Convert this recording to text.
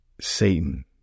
Satan